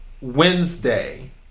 Wednesday